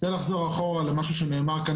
אני רוצה לחזור אחורה למשהו שנאמר כאן